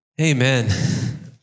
Amen